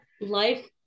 life